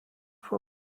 for